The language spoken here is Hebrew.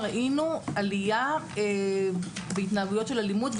ראינו עלייה בהתנהגויות של אלימות,